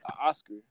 Oscar